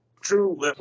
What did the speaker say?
true